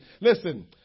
Listen